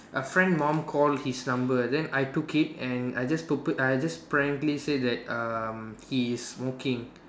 a friend mom call his number then I took it and I just purpose I just prankly said that um he is smoking